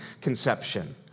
conception